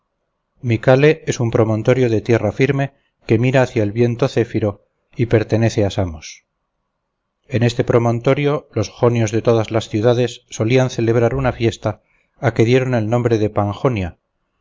micale es un promontorio de tierra firme que mira hacia el viento zéfiro y pertenece a samos en este promontorio los jonios de todas las ciudades solían celebrar una fiesta a que dieron el nombre de panjonia